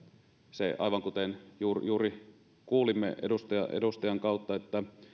se aivan kuten juuri juuri kuulimme edustajan kautta